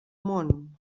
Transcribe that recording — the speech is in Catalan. món